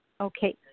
Okay